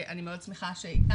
אני מאוד שמחה שאיתי,